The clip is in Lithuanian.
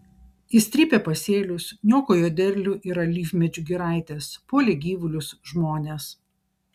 jis trypė pasėlius niokojo derlių ir alyvmedžių giraites puolė gyvulius žmones